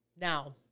Now